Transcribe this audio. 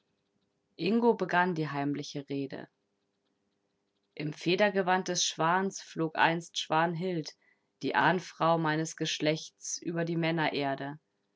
ingo begann die heimliche rede im federgewand des schwans flog einst schwanhild die ahnfrau meines geschlechtes über die männererde